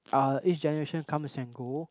ah each generation comes and go